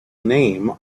name